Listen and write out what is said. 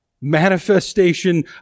manifestation